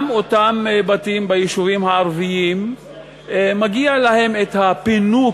גם אותם בתים ביישובים הערביים מגיע להם הפינוק